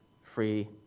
Free